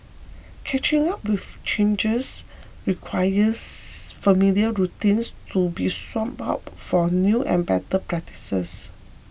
catching up with changes requires familiar routines to be swapped out for new and better practices